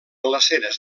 glaceres